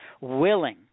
willing